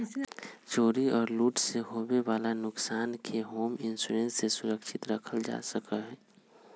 चोरी और लूट से होवे वाला नुकसान के होम इंश्योरेंस से सुरक्षित रखल जा सका हई